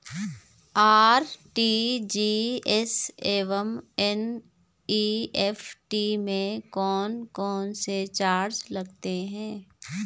RTGS एवं NEFT में कौन कौनसे चार्ज लगते हैं?